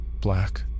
black